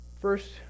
First